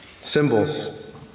symbols